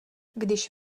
když